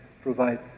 provide